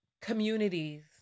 communities